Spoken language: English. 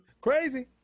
Crazy